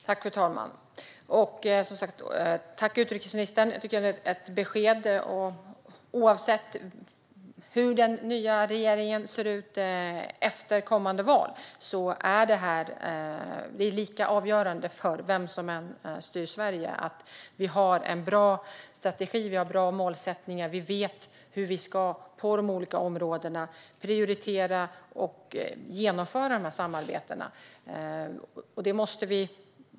Fru talman! Tack, utrikesministern, för beskedet! Oavsett hur regeringen ser ut efter kommande val är det avgörande att vi har en bra strategi med bra målsättningar och att vi vet hur vi ska prioritera och hur vi ska genomföra samarbetena på de olika områdena.